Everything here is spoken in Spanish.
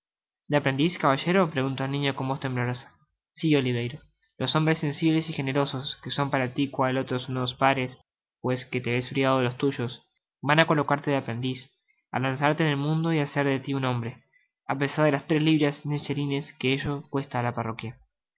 aprendiz caballero preguntó el niño con voz temblorosa si oliverio los hombres sensibles y generosos que son para ti cual otros nuevos padres pues que te ves privado de los tuyos yan á colocarte de aprendiz á lanzarte en el mundo y hacer de ti un hombre apesar de las tres libras diez chelines que ello cuesta á la parroquia